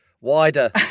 wider